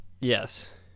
Yes